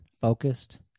focused